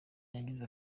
yagize